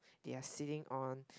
they are sitting on